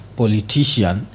politician